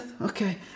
okay